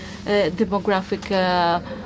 demographic